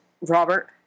Robert